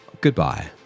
Goodbye